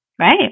Right